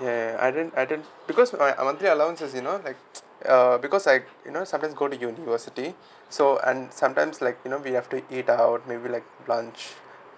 ya ya ya I didn't I didn't because my my monthly allowance is is you know like uh because like I you know sometimes go to university so I'm sometimes like you know we have to eat out maybe like lunch